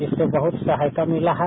इससे बहुत सहायता मिला है